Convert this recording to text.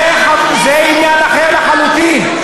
זה עניין אחר לחלוטין.